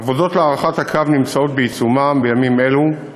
העבודות להארכת הקו נמצאות בעיצומן בימים אלו.